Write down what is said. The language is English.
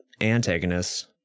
antagonists